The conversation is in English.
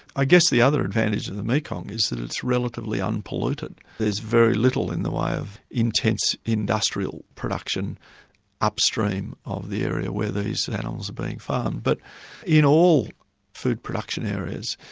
i guess the other advantage of the mekong is that it's relatively unpolluted, there's very little in the way of intense industrial production upstream of the area where these animals are being farmed. but in all food production areas,